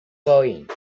going